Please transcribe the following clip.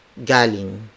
Galing